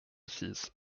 six